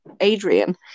Adrian